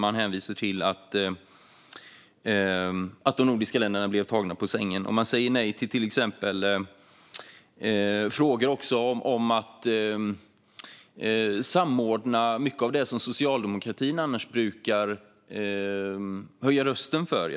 Man hänvisar till att de nordiska länderna blev tagna på sängen och säger nej till förslag om att samordna mycket av det som socialdemokratin annars brukar höja rösten för.